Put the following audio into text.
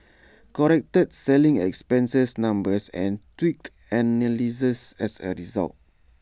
corrected selling expenses numbers and tweaked analyses as A result